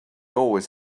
always